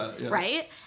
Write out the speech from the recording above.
Right